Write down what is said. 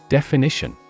Definition